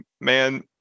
man